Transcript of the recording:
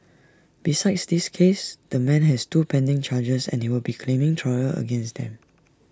besides this case the man has two pending charges and he will be claiming trial against them